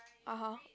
(aha)